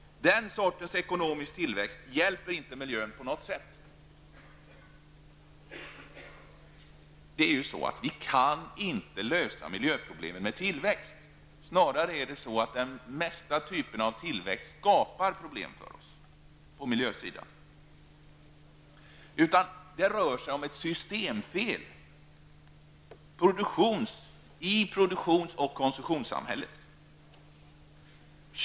Den sortens ekonomisk tillväxt hjälper inte miljön på något sätt. Vi kan inte lösa miljöproblemen med tillväxt. Snarare skapar de flesta typerna av tillväxt problem för oss på miljösidan. Det rör sig om ett systemfel i produktions och konsumtionssamhället.